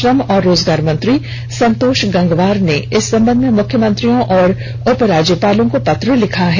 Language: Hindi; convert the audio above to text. श्रम और रोजगार मंत्री संतोष गंगवार ने इस संबंध में मुख्यमंत्रियों और उपराज्यपालों को पत्र लिखा है